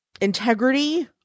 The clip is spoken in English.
integrity